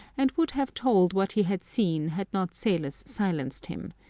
and would have told what he had seen had not salos silenced him.